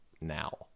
now